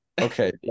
Okay